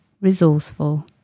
resourceful